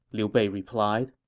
liu bei replied